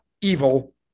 evil